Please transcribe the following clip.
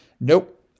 nope